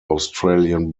australian